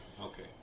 Okay